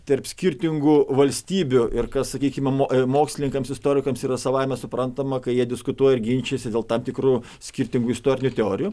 tarp skirtingų valstybių ir kas sakykim mokslininkams istorikams yra savaime suprantama kai jie diskutuoja ir ginčijasi dėl tam tikrų skirtingų istorinių teorijų